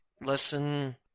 listen